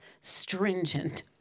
stringent